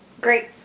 Great